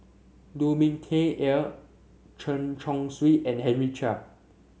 Lu Ming Teh Earl Chen Chong Swee and Henry Chia